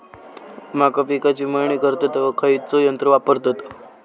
मका पिकाची मळणी करतत तेव्हा खैयचो यंत्र वापरतत?